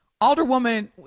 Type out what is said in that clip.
Alderwoman